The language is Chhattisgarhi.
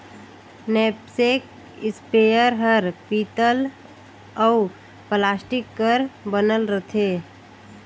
नैपसेक इस्पेयर हर पीतल अउ प्लास्टिक कर बनल रथे